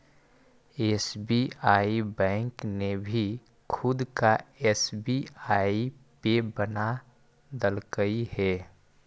SBI bank ने भी खुद का एस.बी.आई पे बना देलकइ हे